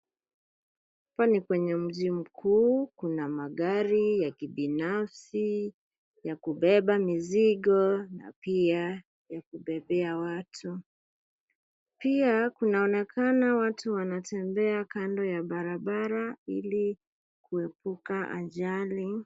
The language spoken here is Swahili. Hapa ni kwenye mji mkuu kuna magari, ya kibinafsi, ya kubeba mizigo na pia ya kubebea watu. Pia kunaonekana watu wanatembea kando ya barabara ili kuepuka ajali.